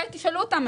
תשאלו אותם.